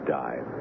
die